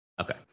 Okay